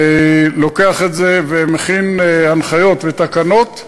לוקח את זה ומכין הנחיות ותקנות.